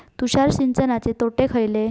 तुषार सिंचनाचे तोटे खयले?